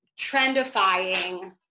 trendifying